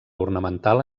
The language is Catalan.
ornamental